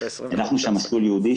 הנחנו שם מסלול ייעודי,